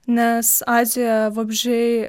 nes azijoje vabzdžiai